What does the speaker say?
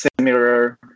similar